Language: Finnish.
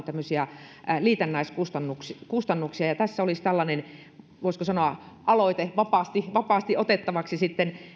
tämmöisiä arvopaperikaupan liitännäiskustannuksia tässä olisi tällainen voisiko sanoa aloite vapaasti vapaasti otettavaksi sitten